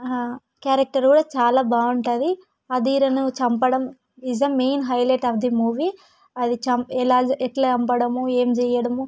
ఆ క్యారెక్టర్ కూడా చాలా బాగుంటుంది అధీరను చంపడం is the main highlight of the movie అది చంపి ఎలా ఎట్ల చంపడము ఏమి చేయడము